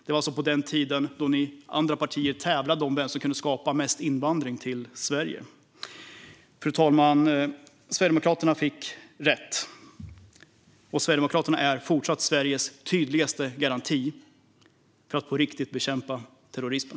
Det var alltså på den tiden då ni andra partier tävlade om vem som kunde skapa mest invandring till Sverige. Fru talman! Sverigedemokraterna fick rätt, och Sverigedemokraterna är fortfarande Sveriges tydligaste garanti för att på riktigt bekämpa terrorismen.